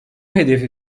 hedefi